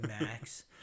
max